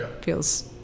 feels